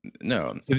no